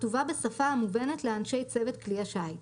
הכתובה בשפה המובנת לאנשי צוות כלי השיט.